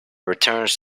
returns